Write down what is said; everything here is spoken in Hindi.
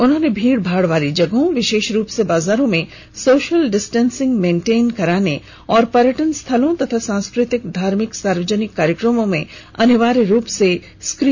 उन्होंने भीड़ भाड़ वाली जगहों विशेष रूप से बाजारों में सोशल डिस्टेंसिंग मेंटेन कराने और पर्यटन स्थलों तथा सांस्कृतिक धार्मिक सार्वजनिक कार्यक्रमों में अनिवार्य रूप से स्क्रीनिंग करने की हिदायत दी है